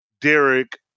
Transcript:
Derek